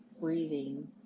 breathing